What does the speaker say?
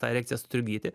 tą erekciją sutrikdyti